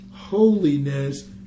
holiness